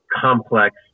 complex